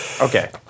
Okay